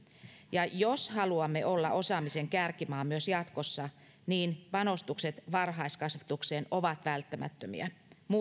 ja jos haluamme olla osaamisen kärkimaa myös jatkossa niin panostukset varhaiskasvatukseen ovat välttämättömiä